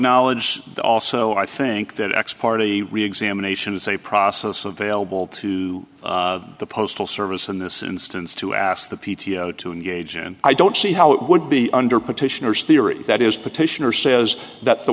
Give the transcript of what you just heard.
acknowledge also i think that x party reexamination is a process available to the postal service in this instance to ask the p t o to engage in i don't see how it would be under petitioners theory that is petitioner says that the